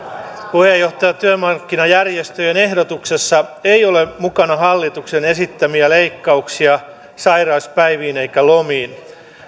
puheenjohtaja työmarkkinajärjestöjen ehdotuksessa ei ole mukana hallituksen esittämiä leikkauksia sairauspäiviin eikä lomiin